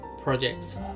projects